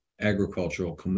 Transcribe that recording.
agricultural